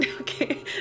Okay